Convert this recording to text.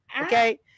Okay